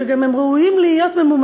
וגם הם ראויים להיות ממומנים,